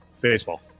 baseball